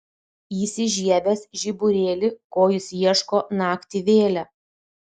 įsižiebęs žiburėlį ko jis ieško naktį vėlią